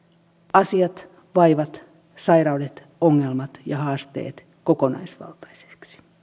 asiat vaivat sairaudet ongelmat ja haasteet kokonaisvaltaisesti